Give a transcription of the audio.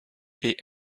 est